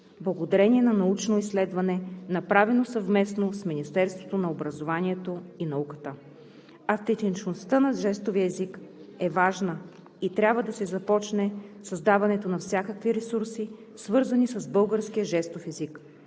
благодарение на научно изследване, направено съвместно с Министерството на образованието и науката. Автентичността на жестовия език е важна и трябва да се започне създаването на всякакви ресурси, свързани с българския жестов език.